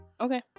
Okay